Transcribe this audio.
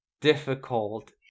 difficult